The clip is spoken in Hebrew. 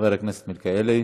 חבר הכנסת מלכיאלי.